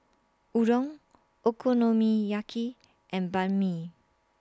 Udon Okonomiyaki and Banh MI